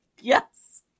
Yes